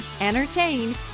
entertain